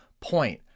point